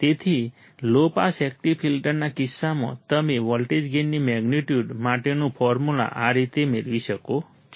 તેથી low pass active ફિલ્ટરના કિસ્સામાં તમે વોલ્ટેજ ગેઇનની મેગ્નિટ્યુડ માટેનું ફોર્મ્યુલા આ રીતે મેળવી શકો છો